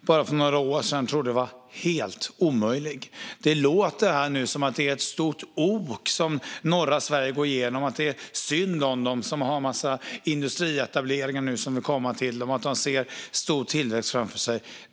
bara för några år sedan trodde var helt omöjligt. Det låter som att det är ett stort ok som norra Sverige har och att det är synd om dem som nu har en massa industrietableringar som vill komma till dem och att de ser en stor tillväxt framför sig.